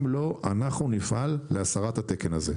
אם לא, אנחנו נפעל להסרת התקן הזה.